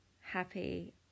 happy